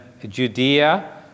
Judea